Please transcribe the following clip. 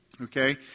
Okay